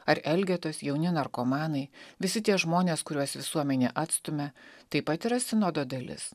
ar elgetos jauni narkomanai visi tie žmonės kuriuos visuomenė atstumia taip pat yra sinodo dalis